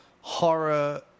horror